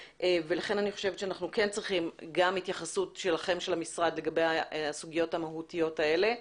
אנחנו כן צריכים גם התייחסות של המשרד שלכם לגבי הסוגיות המהותיות האלה.